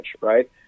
right